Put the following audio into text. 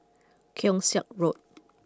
Keong Saik Road